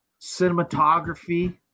cinematography